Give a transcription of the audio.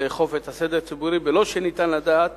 לאכוף את הסדר הציבורי בלא שניתן לדעת